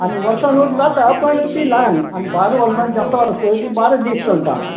आनी वर्सानूत जाता पण ती ल्हान आनी बारा वर्सांन जात्रा आस पळय ती बारा दीस चलता